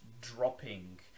dropping